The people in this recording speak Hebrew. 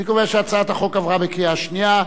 אני קובע שהצעת החוק עברה בקריאה שנייה.